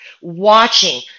watching